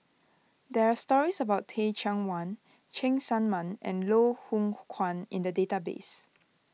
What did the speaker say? there are stories about Teh Cheang Wan Cheng Tsang Man and Loh Hoong Kwan in the database